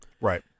Right